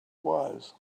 was